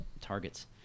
targets